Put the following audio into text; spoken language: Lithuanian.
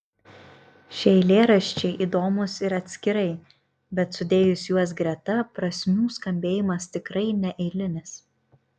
šie eilėraščiai įdomūs ir atskirai bet sudėjus juos greta prasmių skambėjimas tikrai neeilinis